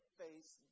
face